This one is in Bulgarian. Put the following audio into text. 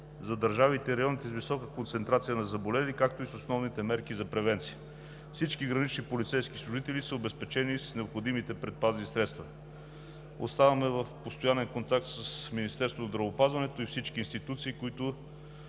за държавите и районите с висока концентрация на заболели, както и с основните мерки за превенция. Всички гранични полицейски служители са обезпечени с необходимите предпазни средства. Оставаме в постоянен контакт с Министерството на здравеопазването и всички институции, които